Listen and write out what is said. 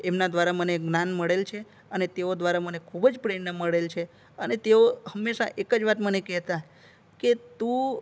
એમના દ્વારા મને જ્ઞાન મળેલ છે અને તેઓ દ્વારા મને ખૂબ જ પ્રેરણા મળેલ છે અને તેઓ હંમેશા એક જ વાત મને કહેતા કે તું